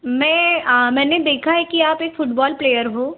मैं मैंने देखा है कि आप एक फ़ुटबॉल प्लेयर हो